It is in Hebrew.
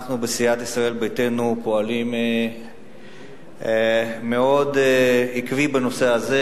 אנחנו בסיעת ישראל ביתנו פועלים מאוד בעקביות בנושא הזה,